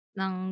ng